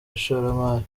ishoramari